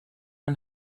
and